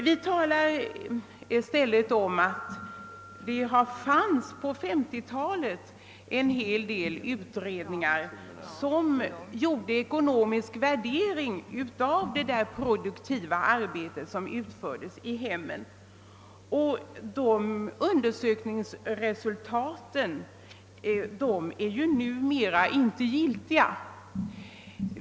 Vi talar där i stället om att det på 1950-talet fanns en hel del utredningar som gjorde ekonomiska värderingar av det produktiva arbete som utfördes i hemmen. Dessa undersökningsresultat är numera inte giltiga.